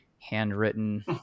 handwritten